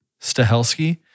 Stahelski